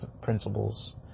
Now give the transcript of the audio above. principles